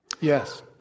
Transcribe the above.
Yes